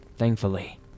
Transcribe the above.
Thankfully